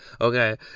Okay